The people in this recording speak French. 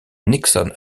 nixon